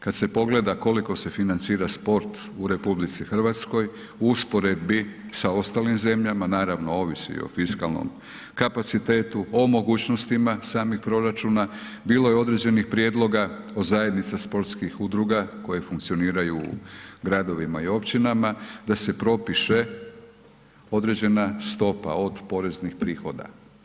Kad se pogleda koliko se financira sport u RH u usporedbi sa ostalim zemljama, naravno ovisi i o fiskalnom kapacitetu, o mogućnostima samih proračuna, bilo je određenih prijedloga o zajednica sportskih udruga koje funkcioniraju u gradovima i općinama da se propiše određena stopa od poreznih prihoda.